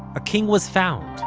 a king was found.